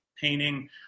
painting